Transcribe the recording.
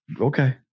Okay